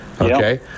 Okay